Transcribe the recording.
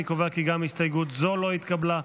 אני קובע כי גם הסתייגות זו לא התקבלה.